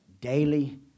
daily